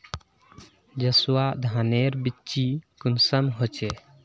जसवा धानेर बिच्ची कुंसम होचए?